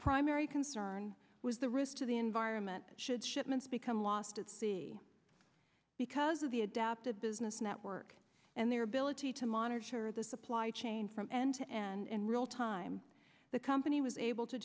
primary concern was the risk to the environment should shipments become lost at sea because of the adaptive business network and their ability to monitor the supply chain from end to end real time the company was able to